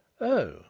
Oh